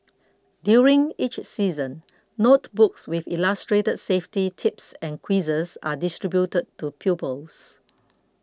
during each season notebooks with illustrated safety tips and quizzes are distributed to pupils